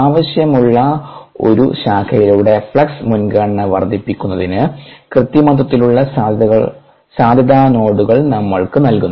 ആവശ്യമുള്ള ഒരു ശാഖയിലൂടെ ഫ്ലക്സ് മുൻഗണന വർദ്ധിപ്പിക്കുന്നതിന് കൃത്രിമത്വത്തിനുള്ള സാധ്യത നോഡുകൾ നമ്മൾക്ക് നൽകുന്നു